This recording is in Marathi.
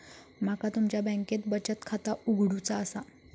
माका तुमच्या बँकेत बचत खाता उघडूचा असा?